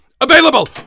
available